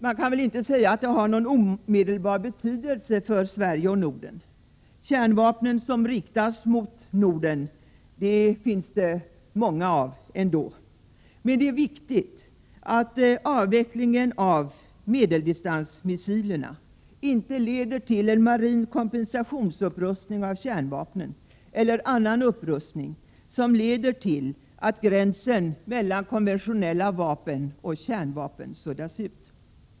Man kan väl inte säga att det har någon omedelbar betydelse för Sverige och Norden. Kärnvapen som riktas mot Norden kommer det att finnas många av ändå. Men det är viktigt att avvecklingen av medeldistansmissilerna inte leder till en marin kompensationsupprustning av kärnvapen eller till annan upprustning som medför att gränsen mellan konventionella vapen och kärnvapen suddas ut.